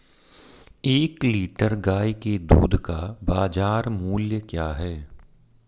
एक लीटर गाय के दूध का बाज़ार मूल्य क्या है?